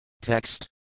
Text